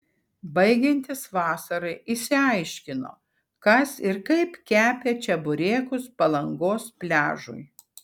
baigiantis vasarai išsiaiškino kas ir kaip kepė čeburekus palangos pliažui